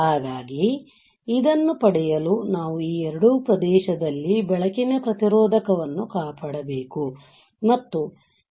ಹಾಗಾಗಿ ಇದನ್ನು ಪಡೆಯಲು ನಾವು ಈ ಎರಡು ಪ್ರದೇಶದಲ್ಲಿ ಬೆಳಕಿನ ಪ್ರತಿರೋಧಕವನ್ನು ಕಾಪಾಡಬೇಕು